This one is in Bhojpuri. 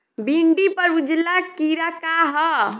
भिंडी पर उजला कीड़ा का है?